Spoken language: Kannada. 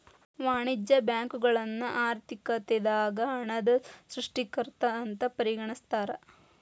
ವಾಣಿಜ್ಯ ಬ್ಯಾಂಕುಗಳನ್ನ ಆರ್ಥಿಕತೆದಾಗ ಹಣದ ಸೃಷ್ಟಿಕರ್ತ ಅಂತ ಪರಿಗಣಿಸ್ತಾರ